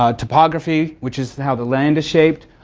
ah topography, which is how the land is shaped,